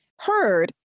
heard